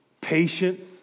patience